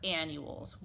annuals